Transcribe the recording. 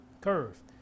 curve